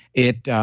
it